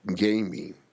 Gaming